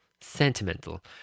Sentimental